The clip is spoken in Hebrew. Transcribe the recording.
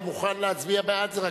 הוא מוכן להצביע בעד זה,